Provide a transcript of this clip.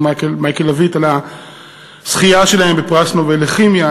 מייקל לויט על הזכייה שלהם בפרס נובל לכימיה.